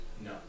No